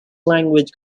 language